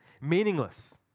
meaningless